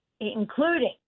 Including